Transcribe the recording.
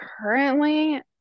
Currently